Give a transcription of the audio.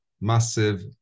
massive